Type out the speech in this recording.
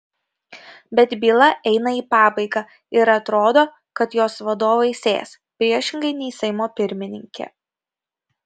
bet byla eina į pabaigą ir atrodo kad jos vadovai sės priešingai nei seimo pirmininkė